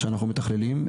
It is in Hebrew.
שאנחנו מתכללים.